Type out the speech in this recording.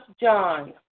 John